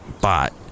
bot